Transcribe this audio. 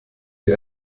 wie